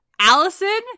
allison